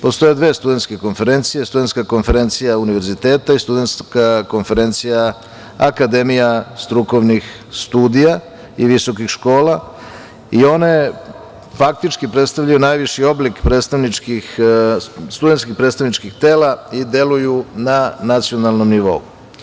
Postoje dve studentske konferencije, Studentska konferencija Univerziteta i Studentska konferencija Akademija strukovnih studija ili visokih škola, i one faktički predstavljaju najviši oblik studentskih predstavničkih tela i deluju na nacionalnom nivou.